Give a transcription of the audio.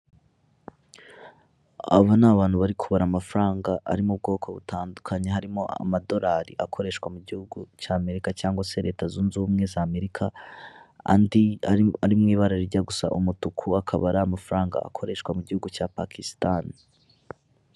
Aba ni abantu bari kubara amafaranga ari mu bwoko butandukanye harimo amadolari akoreshwa mu gihugu cy'Amerika cyangwa se leta zunze ubumwe za Amerika, andi ari mu ibara rijya gusa umutuku akaba ari amafaranga akoreshwa mu gihugu cya Pakisitani.